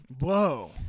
Whoa